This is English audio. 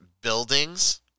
buildings